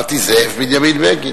אמרתי "זאב בנימין בגין".